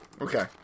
Okay